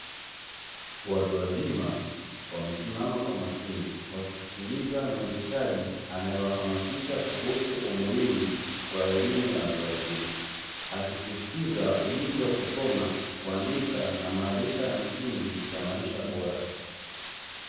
Watu wazima wamesimama kwa makini wakiskiliza muwezeshaji anae wahamasisha kuhusu umuhimu wa elimu ya watu wazima akisistiza ujuzi wa kusoma, kuandika na maarifa ya msingi ya maisha bora.